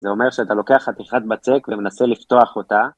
זה אומר שאתה לוקח חתיכת בצק ומנסה לפתוח אותה.